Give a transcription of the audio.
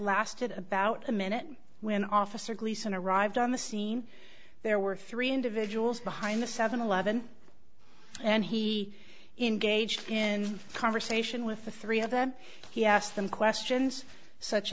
lasted about a minute when officer gleason arrived on the scene there were three individuals behind the seven eleven and he engaged in conversation with the three of them he asked them questions such